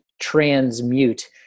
transmute